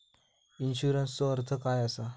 इन्शुरन्सचो अर्थ काय असा?